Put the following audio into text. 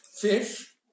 fish